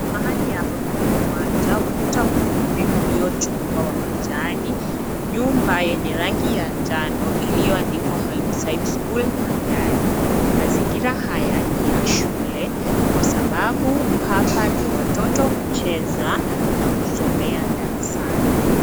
Mahali hapa pana uwanja. Ukuta mfupi uliochongwa wa majani. Nyumba yenye rangi ya njano iliyoandikwa, Holmside School, na gari. Mazingira haya ni ya shule, kwa sababu hapa ndio watoto hucheza na kusomea darasani.